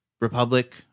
Republic